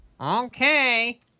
Okay